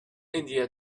india